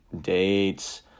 dates